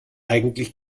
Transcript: eigentlich